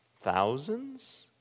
thousands